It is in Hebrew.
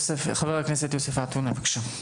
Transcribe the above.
חבר הכנסת יוסף עטאונה, בבקשה.